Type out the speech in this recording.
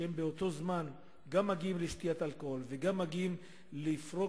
שבאותו זמן הם גם מגיעים לשתיית אלכוהול וגם מגיעים לפרוק